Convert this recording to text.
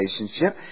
relationship